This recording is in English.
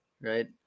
right